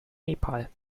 nepal